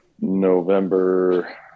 November